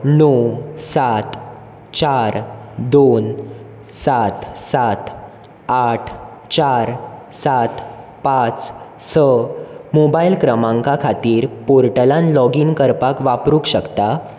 णव सात चार दोन सात सात आठ चार सात पांच स मोबायल क्रमांका खातीर पोर्टलान लॉगीन करपाक वापरूंक शकता